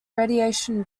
radiation